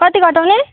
कति घटाउने